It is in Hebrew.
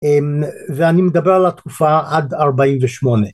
ואני מדבר על התקופה עד 48.